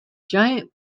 giant